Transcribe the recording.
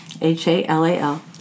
h-a-l-a-l